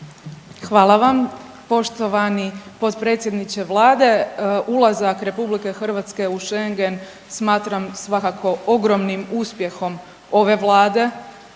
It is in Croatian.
Hvala vam. Poštovani potpredsjedniče Vlade, ulazak Republike Hrvatske u Schengen smatram svakako ogromnim uspjehom ove Vlade.